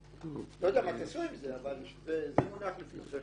אני לא יודע מה תעשו עם זה, אבל זה מונח לפתחכם.